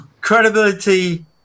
credibility